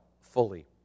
fully